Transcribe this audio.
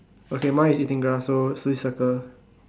okay mine is eating grass so so you circle